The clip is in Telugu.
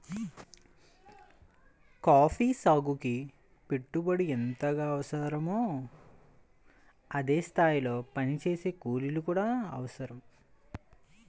కాఫీ సాగుకి పెట్టుబడి ఎంతగా అవసరమో అదే స్థాయిలో పనిచేసే కూలీలు కూడా అవసరం